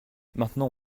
maintenant